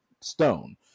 stone